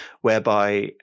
whereby